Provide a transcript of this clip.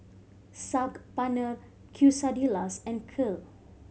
Saag Paneer Quesadillas and Kheer